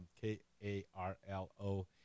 K-A-R-L-O